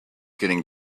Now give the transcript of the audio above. getting